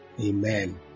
Amen